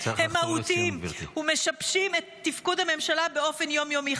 הם מהותיים ומשבשים את תפקוד הממשלה באופן יום-יומי.